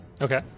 Okay